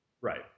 Right